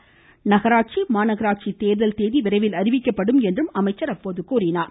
அனைத்து நகராட்சி மாநகராட்சி தேர்தல் தேதி விரைவில் அறிவிக்கப்படும் என்றும் அமைச்சர் கூறினார்